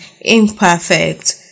imperfect